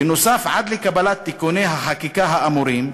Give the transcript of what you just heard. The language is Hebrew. בנוסף, "עד לקבלת תיקוני החקיקה האמורים,